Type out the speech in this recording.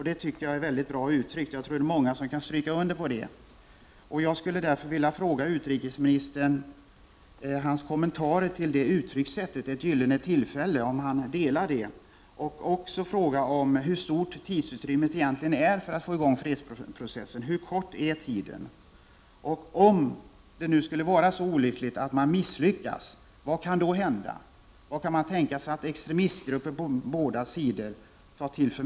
Det tycker jag är bra uttryckt. Jag tror att det är många som kan skriva under på det. Jag skulle därför vilja be utrikesministern om en kommentar till uttrycket ”ett gyllene tillfälle”. Jag undrar om utrikesministern instämmer i det. Jag vill också fråga hur stort tidsutrymmet för att få i gång en fredsprocess är. Hur kort är tiden? Om det skulle vara så olyckligt att man misslyckas, vad kan då hända? Vilka metoder kan man tänka sig att extremistgrupper på båda sidor tar till?